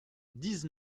dix